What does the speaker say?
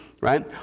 right